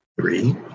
three